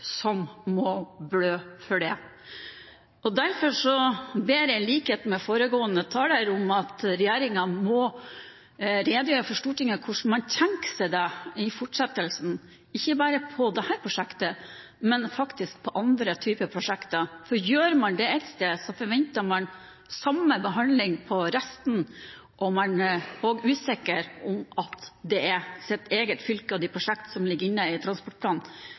som må blø for det. Derfor ber jeg, i likhet med foregående taler, om at regjeringen må redegjøre for overfor Stortinget hvordan man tenker seg det i fortsettelsen, ikke bare når det gjelder dette prosjektet, men faktisk også når det gjelder andre typer prosjekter. Gjøres det ett sted, forventes det samme behandling på resten, og man blir usikker på om det er ens eget fylke og de prosjektene som ligger inne i transportplanen,